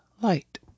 light